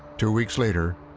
two weeks later,